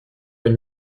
elle